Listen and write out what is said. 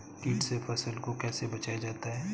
कीट से फसल को कैसे बचाया जाता हैं?